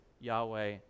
Yahweh